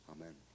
Amen